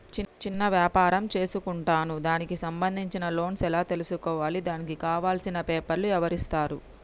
చిన్న వ్యాపారం చేసుకుంటాను దానికి సంబంధించిన లోన్స్ ఎలా తెలుసుకోవాలి దానికి కావాల్సిన పేపర్లు ఎవరిస్తారు?